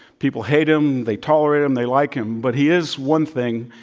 people hate him. they tolerate him. they like him. but he is one thing,